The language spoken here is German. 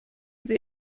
sie